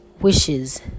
wishes